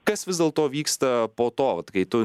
kas vis dėlto vyksta po to kai tu